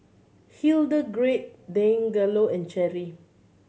Hildegarde Deangelo and Cherry